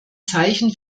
zeichen